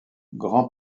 grand